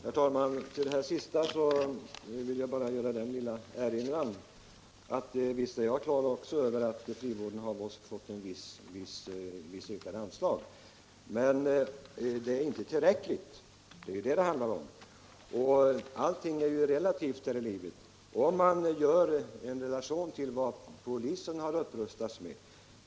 Nr 117 Herr talman! Till det sist sagda vill jag bara göra den lilla erinran Onsdagen den att jag visst är på det klara med att frivården fått ökade anslag. Men 5 maj 1976 det är inte tillräckligt, det är ju det det handlar om. ———- Allting är ju relativt här i livet. Man kan göra en jämförelse med = Anslag till kriminalpolisens upprustning.